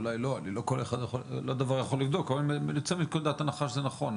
נצא מנקודת הנחה שזה נכון.